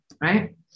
right